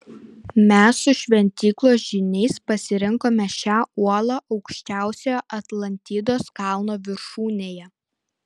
mes su šventyklos žyniais pasirinkome šią uolą aukščiausiojo atlantidos kalno viršūnėje